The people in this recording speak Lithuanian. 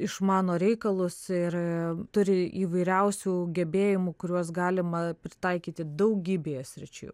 išmano reikalus ir turi įvairiausių gebėjimų kuriuos galima pritaikyti daugybėje sričių